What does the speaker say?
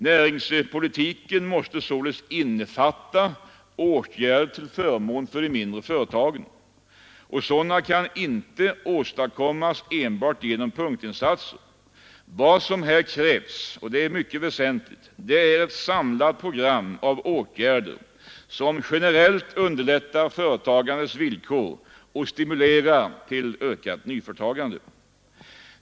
Näringspolitiken måste således innefatta åtgärder till förmån för de mindre företagen. Sådana åtgärder kan inte åstadkommas enbart genom punktinsatser. Vad som här krävs — och det är mycket väsentligt — är ett samlat program av åtgärder som generellt underlättar företagandets villkor och stimulerar till ökat nyföretagande.